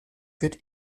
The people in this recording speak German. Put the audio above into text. wird